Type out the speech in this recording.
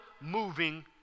moving